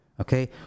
okay